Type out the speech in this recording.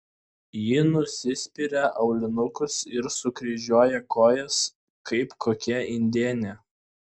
ji nusispiria aulinukus ir sukryžiuoja kojas kaip kokia indėnė